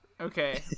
Okay